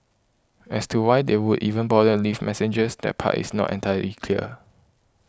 as to why they would even bother leave messengers that part is not entirely clear